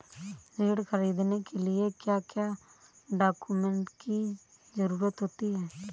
ऋण ख़रीदने के लिए क्या क्या डॉक्यूमेंट की ज़रुरत होती है?